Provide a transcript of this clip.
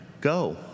Go